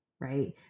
right